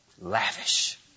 lavish